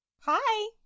Hi